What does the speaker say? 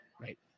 right